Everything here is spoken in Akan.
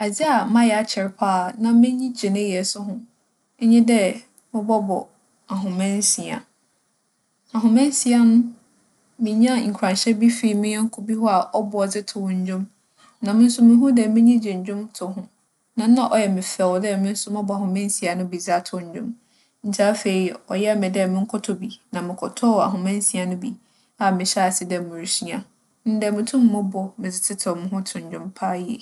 Adze a mayɛ akyɛr paa na m'enyi gye ne yɛ so ho nye dɛ mobͻbͻ ahomansia. Ahomansia no, minyaa nkuranhyɛ bi fii me nyɛnko bi hͻ a ͻbͻ dze tow ndwom. Na mo so muhun dɛ m'enyi gye ndwontow ho, na nna ͻyɛ me fɛw dɛ mo so mͻbͻ ahomansia no bi dze atow ndwom. Ntsi afei, ͻyɛɛ me dɛ monkͻtͻ bi. Na mokͻtͻͻ ahomansia no bi a mehyɛɛ ase dɛ murusua. Ndɛ mutum mobͻ medze tsetsew moho tow ndwom paa yie.